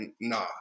nah